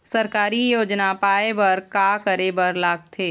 सरकारी योजना पाए बर का करे बर लागथे?